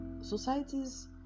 societies